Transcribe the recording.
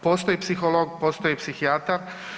Postoji psiholog, postoji psihijatar.